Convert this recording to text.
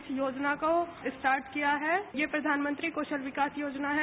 इस योजना को स्टार्ट किया है यह प्रधानमंत्री कौशल विकास योजना है